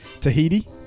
Tahiti